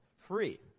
Free